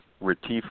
retief